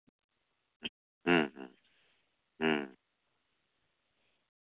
ᱦᱮᱸ ᱦᱮᱸ